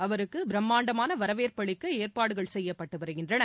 அவருக்கு பிரம்மாண்டமான வரவேற்பு அளிக்க ஏற்பாடுகள் செய்யப்பட்டு வருகின்றன